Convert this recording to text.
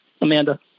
Amanda